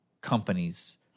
companies